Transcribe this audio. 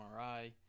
MRI